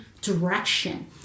direction